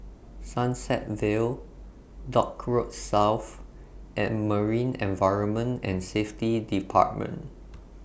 Sunset Vale Dock Road South and Marine Environment and Safety department